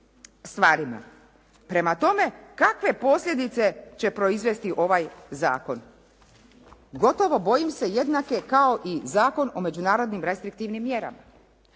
stvarima. Prema tome, kakve posljedice će proizvesti ovaj zakon. Gotovo bojim se jednake kao i Zakon o međunarodnim restriktivnim mjerama.